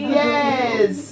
yes